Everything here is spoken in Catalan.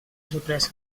sorpresa